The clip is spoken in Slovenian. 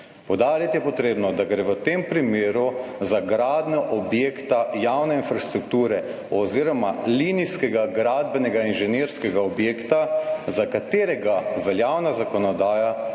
poudariti je potrebno, da gre v tem primeru za gradnjo objekta javne infrastrukture oziroma linijskega gradbenega inženirskega objekta, za katerega veljavna zakonodaja